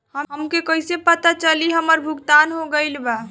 हमके कईसे पता चली हमार भुगतान हो गईल बा?